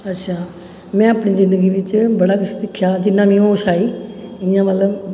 अच्छा में अपनी जिंदगी बिच बड़ा किश दिक्खेआ जि'यां मिगी होश आई इ'यां मतलब